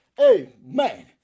Amen